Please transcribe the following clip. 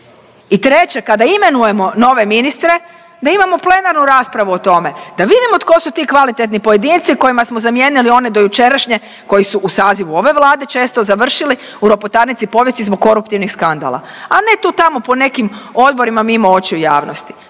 I treće kada imenujemo nove ministre da imamo plenarnu raspravu o tome da vidimo tko su ti kvalitetni pojedinci kojima smo zamijenili one dojučerašnje koji su u sazivu ove Vlade često završili u ropotarnici povijesti zbog koruptivnih skandala, a ne tu tamo po nekim odborima mimo očiju javnosti.